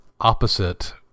opposite